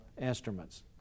instruments